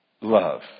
love